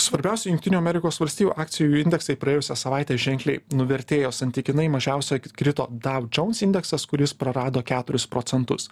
svarbiausių jungtinių amerikos valstijų akcijų indeksai praėjusią savaitę ženkliai nuvertėjo santykinai mažiausia krito dow jones indeksas kuris prarado keturis procentus